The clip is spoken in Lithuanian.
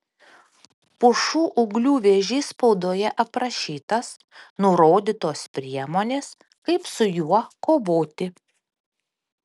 pušų ūglių vėžys spaudoje aprašytas nurodytos priemonės kaip su juo kovoti